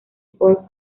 sport